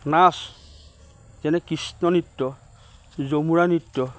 নাচ যেনে কৃষ্ণ নৃত্য যুমুৰা নৃত্য